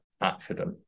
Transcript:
accident